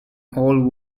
all